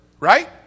right